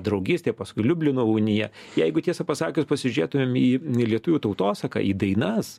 draugystė paskui liublino unija jeigu tiesą pasakius pasižiūrėtumėm į lietuvių tautosaką į dainas